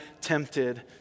tempted